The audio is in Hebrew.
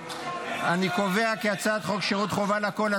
אני קובע כי הצעת חוק שירות חובה לכול,